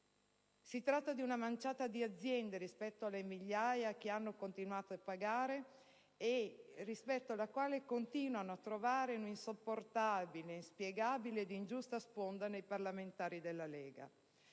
Si tratta di una manciata di aziende rispetto alle migliaia che hanno continuato a pagare e rispetto alla quale si continua a trovare un'insopportabile, inspiegabile ed ingiusta sponda nei parlamentari della Lega.